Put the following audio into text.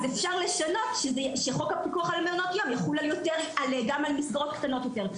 אפשר לשנות שחוק הפיקוח על מעונות יום יחול גם על מסגרות קטנות יותר.